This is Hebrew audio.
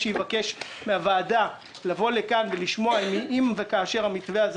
מן הוועדה שיבקש לבוא לכאן ולשמוע אם וכאשר המתווה הזה